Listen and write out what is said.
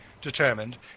determined